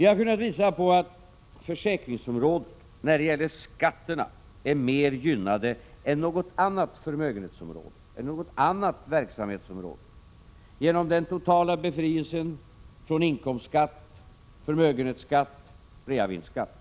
Vi har kunnat visa att försäkringsområdet är mer gynnat i skattehänseende än något annat förmögenhetsområde eller verksamhetsområde genom den totala befrielsen från inkomstskatt, förmögenhetsskatt och reavinstskatt.